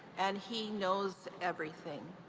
and he knows everything.